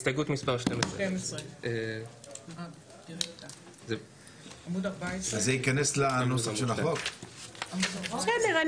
הסתייגות מס' 12. בסדר,